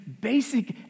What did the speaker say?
basic